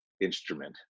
instrument